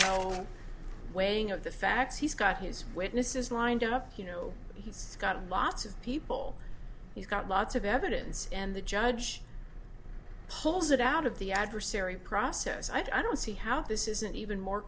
no weighing of the facts he's got his witnesses lined up you know he's got lots of people he's got lots of evidence and the judge pulls it out of the adversary process i don't see how this isn't even more